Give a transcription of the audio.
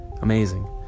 Amazing